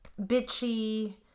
bitchy